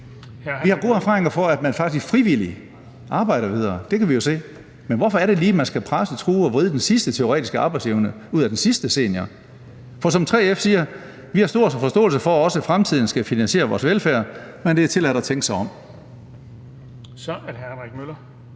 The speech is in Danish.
Vi har gode erfaringer med, at man faktisk frivilligt arbejder videre. Det kan vi jo se. Men hvorfor er det lige, at man skal presse, true og vride den sidste teoretiske arbejdsevne ud af den sidste senior? For som 3F siger: Vi har stor forståelse for, at vi også i fremtiden skal finansiere vores velfærd, men det er tilladt at tænke sig om. Kl. 16:53 Den fg.